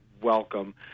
welcome